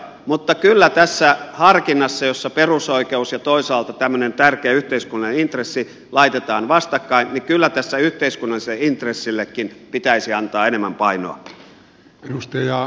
mutta kyllä tässä harkinnassa jossa perusoikeus ja toisaalta tämmöinen tärkeä yhteiskunnallinen intressi laitetaan vastakkain yhteiskunnalliselle intressillekin pitäisi antaa enemmän painoa